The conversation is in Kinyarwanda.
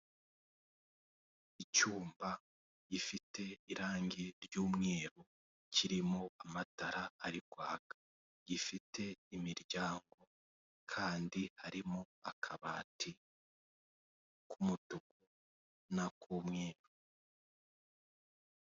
Icyumba gifite irange ry'umweru kirimo amatara ari kwaka, gifite imiryango kandi harimo akabati k'umutuku n'akumweru.